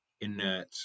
inert